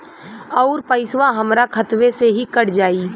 अउर पइसवा हमरा खतवे से ही कट जाई?